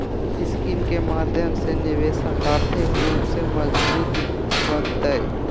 scheme के माध्यम से निवेशक आर्थिक रूप से मजबूत बनतय